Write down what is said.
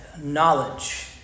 knowledge